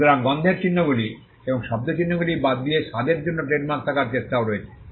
সুতরাং গন্ধের চিহ্নগুলি এবং শব্দ চিহ্নগুলি বাদ দিয়ে স্বাদের জন্য ট্রেডমার্ক থাকার চেষ্টাও রয়েছে